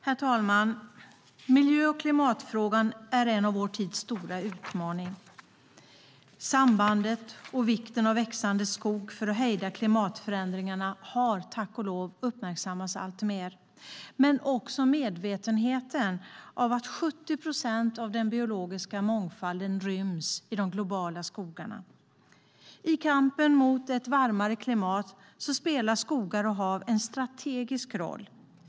Herr talman! Miljö och klimatfrågan är en av vår tids stora utmaningar, och sambandet med och vikten av växande skog för att hejda klimatförändringarna har tack och lov uppmärksammats alltmer. Det finns också en medvetenhet om att 70 procent av den biologiska mångfalden ryms i de globala skogarna. I kampen mot ett varmare klimat spelar skogar och hav en strategisk roll.